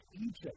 Egypt